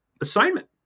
assignment